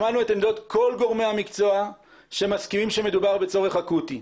שמענו את כל עמדות כל גורמי המקצוע שמסכימים שמדובר בצורך אקוטי.